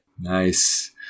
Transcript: Nice